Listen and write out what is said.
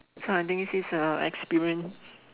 so I think this is a experience